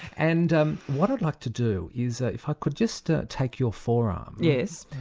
and um what i'd like to do is. ah if i could just ah take your forearm. yes.